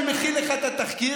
מי מכין לך את התחקיר,